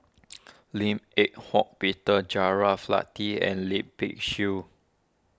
Lim Eng Hock Peter Latiff and Lip Pin Xiu